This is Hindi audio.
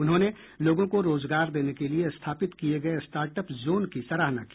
उन्होंने लोगों को रोजगार देने के लिये स्थापित किये गये स्टार्ट अप जोन की सराहना की